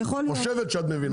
את חושבת שאת מבינה.